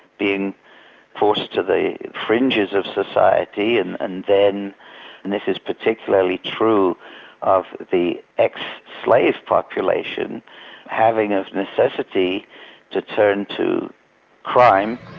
being forced to the fringes of society and and then and this is particularly true of the ex-slave population having as necessity to turn to crime.